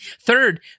Third